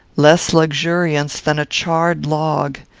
less luxuriance than a charred log,